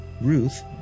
Ruth